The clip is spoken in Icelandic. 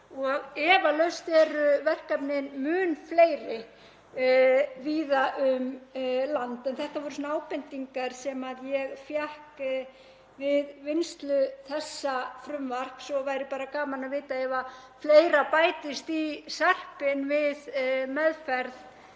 Efalaust eru verkefnin mun fleiri víða um land en þetta voru ábendingar sem ég fékk við vinnslu þessa frumvarps og væri bara gaman að vita ef fleira bættist í sarpinn við meðferð